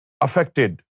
affected